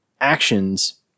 actions